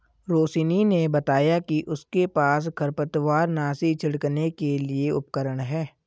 रोशिनी ने बताया कि उसके पास खरपतवारनाशी छिड़कने के लिए उपकरण है